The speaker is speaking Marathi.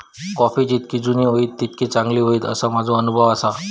कॉफी जितकी जुनी होईत तितकी चांगली होईत, असो माझो अनुभव आसा